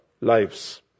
lives